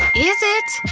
is it?